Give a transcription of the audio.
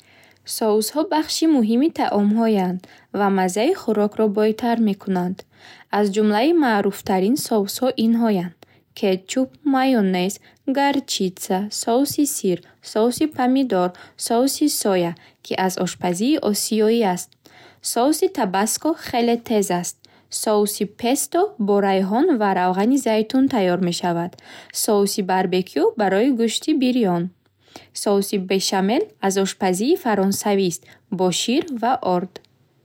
Соусҳо бахши муҳими таомҳоянд ва маззаи хӯрокро бойтар мекунанд. Аз ҷумлаи маъруфтарин соусҳо инҳоянд: кетчуп, майонез, горчитса, соуси сир, соуси помидор, соуси соя, ки аз ошпазии осиёӣ аст. Соуси табаско хеле тез аст. Соуси песто бо райҳон ва равғани зайтун тайёр мешавад. Соуси барбекю барои гӯшти бирён. Соуси бешамел аз ошпазии фаронсавист бо шир ва орд.